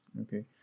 Okay